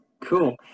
cool